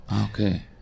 Okay